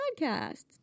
podcasts